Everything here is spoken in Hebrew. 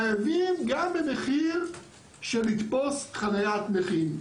חייבים גם במחיר של תפיסת חניית נכים.